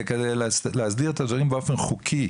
כדי להסדיר את הדברים באופן חוקי,